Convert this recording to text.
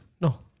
No